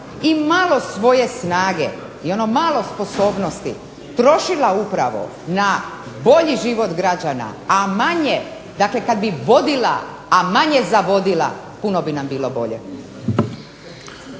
i malo svoje snage i ono malo sposobnosti trošila upravo na bolji život građana, a manje dakle kad bi vodila a manje zavodila puno bi nam bilo bolje.